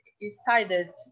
decided